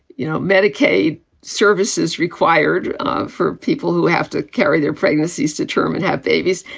you know, medicaid services required ah for people who have to carry their pregnancies determined, have babies.